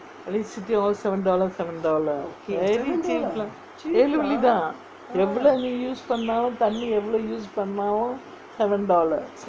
electricity all seven dollar seven dollar very cheap lah ஏழு வெள்ளி தான் எவ்ளோ நீ:ezhu velli thaan evlo nee use பண்ணாலும் தண்ணீ எவ்ளோ:pannalum thanni evlo use பண்ணாலும்:pannalum seven dollar